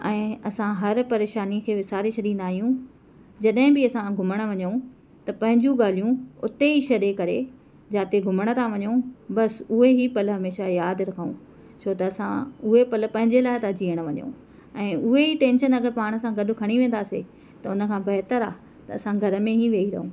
ऐं असां हर परेशानी खे विसारे छॾींदा आहियूं जॾहिं बि असां घुमणु वञू त पंहिंजूं ॻाल्हियूं उते ई छॾे करे जाते घुमणु था वञू बसि उहे इ पल हमेशह यादि रखूं छो त असां उहे पल पंहिंजे लाइ था जीअणु वञू ऐं उहे इ टेंशन अगरि पाण सां गॾु खणी वेंदासीं त उन खां बहितरु आहे त असां घर में ई वेही रहूं